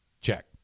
Check